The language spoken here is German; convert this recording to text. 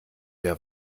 der